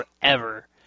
forever